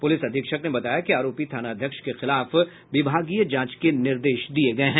police अधीक्षक ने बताया कि आरोपी थानाध्यक्ष के खिलाफ विभागीय जांच के निर्देश दिये गये है